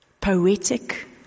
poetic